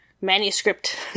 manuscript